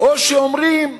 או שאומרים: